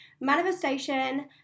manifestation